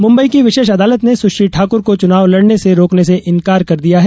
मुंबई की विशेष अदालत ने सुश्री ठाक्र को चुनाव लड़ने से रोकने से इनकार कर दिया है